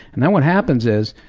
and then what happens is,